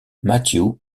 matthew